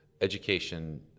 education